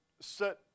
set